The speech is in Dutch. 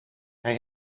hij